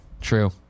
True